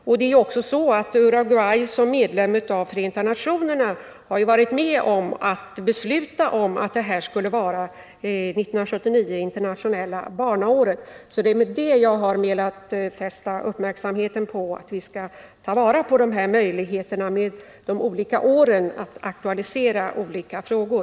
Uruguay har ju dessutom som medlem i Förenta nationerna varit med om beslutet att 1979 skulle vara det internationella barnåret. Det är alltså mot den bakgrunden jag har velat fästa uppmärksamheten på att vi skall ta vara på möjligheterna att under dessa olika ”år” aktualisera relevanta frågor.